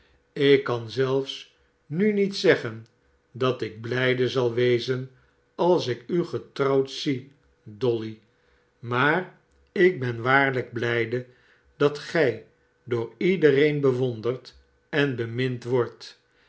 ik kan zelfs nu niet zeggen dat ik blijde zal wezen als ik u getrouwd zie dolly maar ik ben waarlijk barnaby rudge de blaadjes verhangen tegen de oproermakers blijde dat gij door iedereen bewonderd en bemind wordt